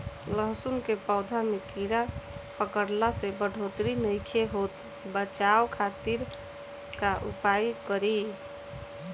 लहसुन के पौधा में कीड़ा पकड़ला से बढ़ोतरी नईखे होत बचाव खातिर का उपाय करी?